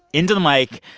into the mic,